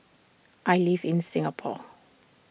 I live in Singapore